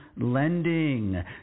Lending